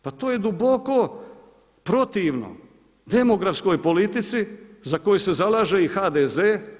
Pa to je duboko protivno demografskoj politici za koju se zalaže i HDZ.